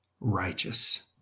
righteous